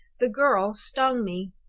the girl stung me.